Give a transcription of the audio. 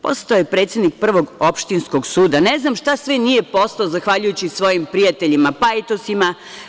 Postao je predsednik Prvog opštinskog suda, ne znam šta sve nije postao zahvaljujući svojim prijateljima, pajtosima.